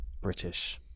british